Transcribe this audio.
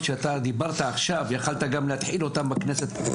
שהעלית עכשיו אפשר היה להתחיל גם בכנסת הקודמת.